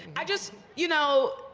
i just you know,